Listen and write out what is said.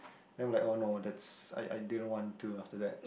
then I'm like oh no that's I I didn't want to after that